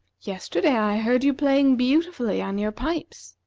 yesterday i heard you playing beautifully on your pipes.